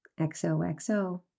XOXO